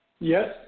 Yes